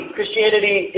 Christianity